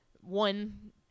one